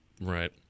Right